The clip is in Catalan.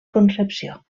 concepció